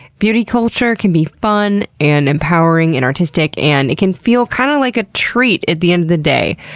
beauty culture can be fun and empowering and artistic, and it can feel kind of like a treat at the end of the day.